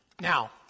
Now